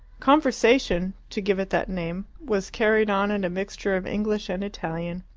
conversation, to give it that name, was carried on in a mixture of english and italian.